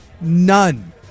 None